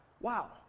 wow